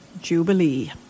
Jubilee